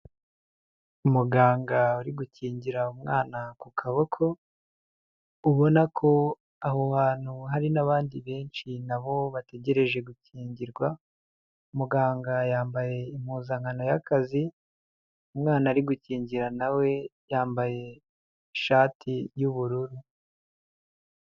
Umuganga uri gukingira umwana ku kaboko, ubona ko aho hantu hari n'abandi benshi nabo bategereje gukingirwa, muganga yambaye impuzankano y'akazi, umwana ari gukingira na yambaye ishati y'ubururu